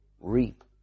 reap